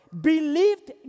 believed